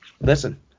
listen